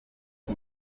his